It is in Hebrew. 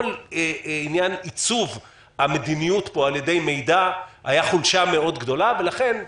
כל עניין עיצוב המדיניות פה על ידי מידע היה חולשה מאוד גדולה ולכן,